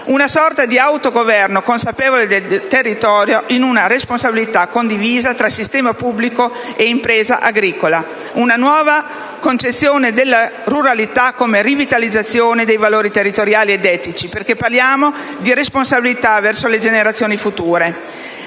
una sorta di autogoverno consapevole del territorio in una responsabilità condivisa tra sistema pubblico e impresa agricola, una nuova concezione della ruralità come rivitalizzazione dei valori territoriali ed etici, perché parliamo di responsabilità verso le generazioni future.